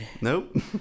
nope